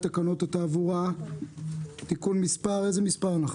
תקנות התעבורה (תיקון מס') אין כרגע מספר,